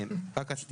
קופות?